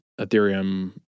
Ethereum